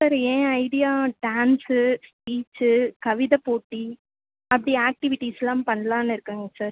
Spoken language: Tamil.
சார் என் ஐடியா டான்ஸு ஸ்பீச்சு கவிதை போட்டி அப்படி ஆக்டிவிட்டீஸ்ஸெலாம் பண்ணலான்னு இருக்கேங்க சார்